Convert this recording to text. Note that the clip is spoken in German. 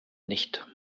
nicht